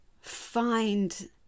find